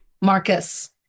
Marcus